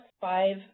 Five